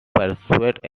pursued